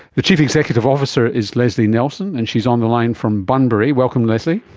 the chief executive officer is lesley nelson, and she is on the line from bunbury. welcome lesley.